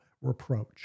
reproach